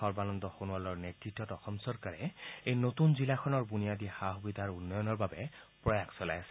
সৰ্বানন্দ সোণোৱালৰ নেতৃত্বত অসম চৰকাৰে এই নতুন জিলাখনৰ বুনিয়াদী সা সুবিধাৰ উন্নয়নৰ বাবে প্ৰয়াস চলাই আছে